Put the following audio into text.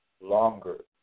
longer